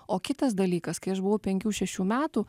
o kitas dalykas kai aš buvau penkių šešių metų